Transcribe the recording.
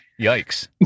Yikes